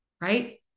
Right